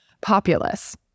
populace